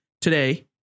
today